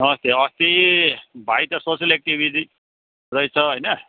अस्ति अस्ति भाइ त सोसल एक्टिभिटी रहेछौ होइन